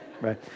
Right